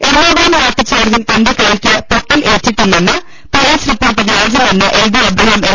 എറണാകുളം ലാത്തിച്ചാർജ്ജിൽ തന്റെ കൈയ്ക്ക് പൊട്ടൽ ഏറ്റിട്ടി ല്ലെന്ന പൊലീസ് റിപ്പോർട്ട് വ്യാജമെന്ന് എൽദോ എബ്രഹാം എം